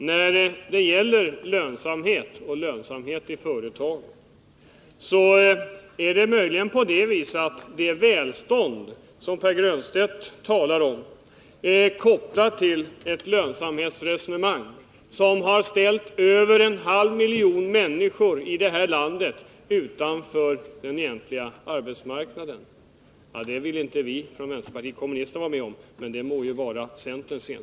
När det gäller frågan om företagens lönsamhet är det möjligen så att det välstånd som Pär Granstedt talar om kan sättas i samband med det lönsamhetsresonemang som lett till att över en halv miljon människor i det här landet ställts utanför den egentliga arbetsmarknaden. En sådan inställning får centern själv svara för — vi från vänsterpartiet kommunisterna vill inte ställa oss bakom den.